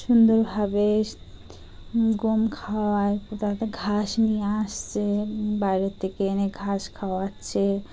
সুন্দরভাবে গম খাওয়ায় ক তাতে ঘাস নিয়ে আসছে বাইরের থেকে এনে ঘাস খাওয়াচ্ছে